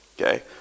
Okay